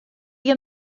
you